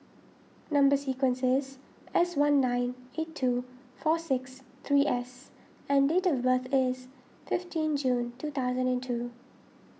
Number Sequence is S one nine eight two four six three S and date of birth is fifteen June two thousand and two